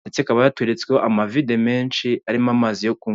ndetse ikaba yateretsweho amavide menshi arimo amazi yo kunywa.